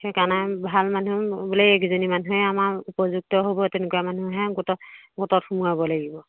সেইকাৰণে ভাল মানুহ বোলে এইকেইজনী মানুহে আমাৰ উপযুক্ত হ'ব তেনেকুৱা মানুহহে গোটত গোটত সোমোৱাব লাগিব